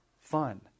fun